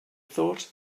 thought